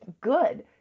Good